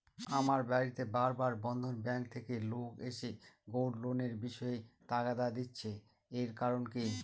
আমার বাড়িতে বার বার বন্ধন ব্যাংক থেকে লোক এসে গোল্ড লোনের বিষয়ে তাগাদা দিচ্ছে এর কারণ কি?